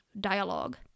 dialogue